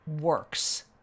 works